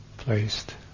placed